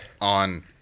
on